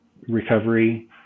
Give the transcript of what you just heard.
recovery